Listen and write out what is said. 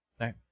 right